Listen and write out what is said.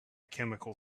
chemical